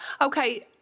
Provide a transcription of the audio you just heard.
okay